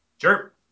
Sure